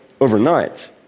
overnight